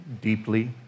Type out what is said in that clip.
deeply